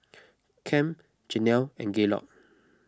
Kem Janell and Gaylord